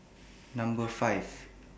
Number five